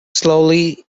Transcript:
slowly